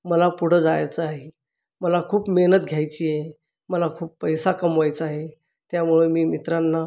मला पुढं जायचं आहे मला खूप मेहनत घ्यायची आहे मला खूप पैसा कमवायचा आहे त्यामुळे मी मित्रांना